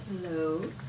Hello